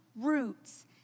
roots